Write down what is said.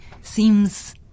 seems